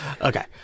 Okay